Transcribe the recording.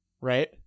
right